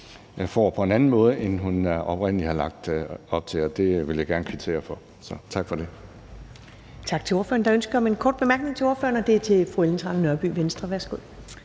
får på en anden måde, end hun oprindelig har lagt op til. Og det vil jeg gerne kvittere for. Tak for det.